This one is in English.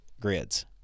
grids